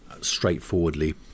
straightforwardly